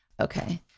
Okay